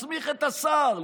מסמיך את השר,